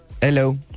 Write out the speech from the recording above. Hello